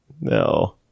No